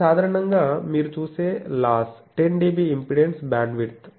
ఇది సాధారణంగా మీరు చూసే లాస్ 10dB ఇంపెడెన్స్ బ్యాండ్విడ్త్